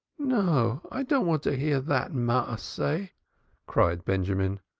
no, i don't want to hear that maaseh, cried benjamin.